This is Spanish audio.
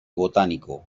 botánico